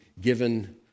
given